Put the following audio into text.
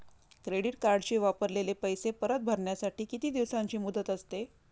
Credit कार्डचे वापरलेले पैसे परत भरण्यासाठी किती दिवसांची मुदत असते?